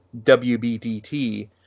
WBDT